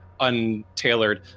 untailored